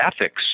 ethics